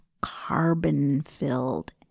carbon-filled